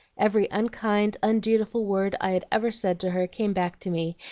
every unkind, undutiful word i'd ever said to her came back to me,